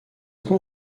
qu’on